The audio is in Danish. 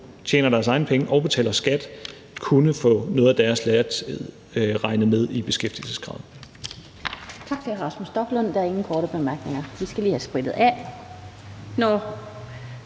tjener deres egne penge og betaler skat, kunne få noget af deres læretid regnet med i beskæftigelseskravet.